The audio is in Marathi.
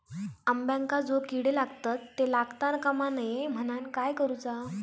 अंब्यांका जो किडे लागतत ते लागता कमा नये म्हनाण काय करूचा?